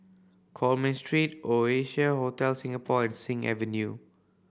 Coleman Street Oasia Hotel Singapore and Sing Avenue